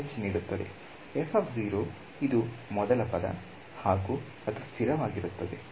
ಇದು ನನಗೆ h ನೀಡುತ್ತದೆ ಇದು ಮೊದಲ ಪದ ಹಾಗು ಅದು ಸ್ಥಿರವಾಗಿರುತ್ತದೆ